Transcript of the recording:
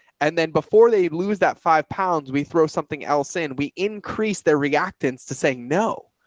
and then before they lose that five pounds, we throw something else in. we increase their reactants to saying no.